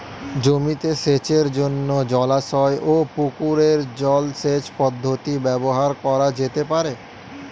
জমিতে সেচের জন্য জলাশয় ও পুকুরের জল সেচ পদ্ধতি ব্যবহার করা যেতে পারে?